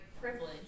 privilege